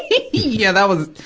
yeah, that was,